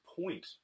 point